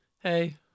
Hey